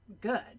good